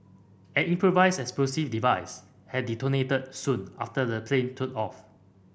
an improvised explosive device had detonated soon after the plane took off